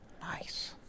nice